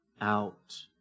out